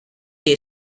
year